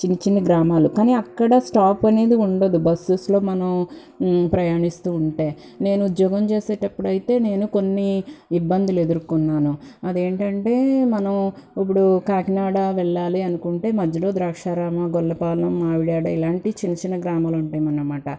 చిన్ని చిన్ని గ్రామాలు కానీ అక్కడ స్టాప్ అనేది ఉండదు బస్సెస్లో మనం ప్రయాణిస్తూ ఉంటే నేను ఉద్యోగం చేసేటప్పుడైతే నేను కొన్ని ఇబ్బందులెదుర్కొన్నాను అదేంటంటే మనం ఇప్పుడు కాకినాడ వెళ్ళాలి అనుకుంటే మధ్యలో ద్రాక్షారామం గొల్లపాలెం మామిడాడ ఇలాంటి చిన్న చిన్న గ్రామాలుంటాయనమాట